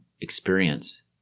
experience